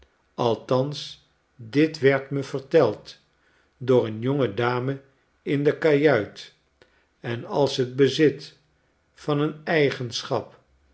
althans dit werdmeverteld door een jonge dame in de kajuit en als het bezit van een eigenschap